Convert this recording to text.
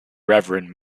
reverend